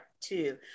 two